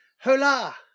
Hola